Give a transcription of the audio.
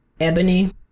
Ebony